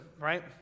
right